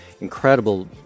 incredible